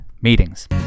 meetings